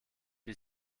wie